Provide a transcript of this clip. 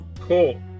cool